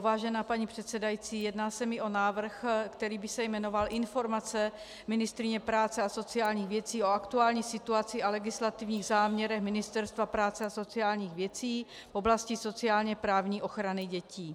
Vážená paní předsedající, jedná se mi o návrh, který by se jmenoval Informace ministryně práce a sociálních věcí o aktuální situaci a legislativních záměrech Ministerstva práce a sociálních věcí v oblasti sociálněprávní ochrany dětí.